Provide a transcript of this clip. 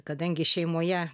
kadangi šeimoje